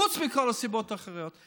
חוץ מכל הסיבות האחרות.